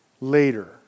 later